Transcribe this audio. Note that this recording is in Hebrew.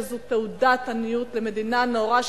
שזו תעודת עניות למדינה נאורה,